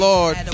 Lord